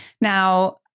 Now